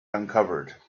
uncovered